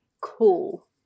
cool